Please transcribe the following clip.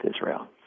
Israel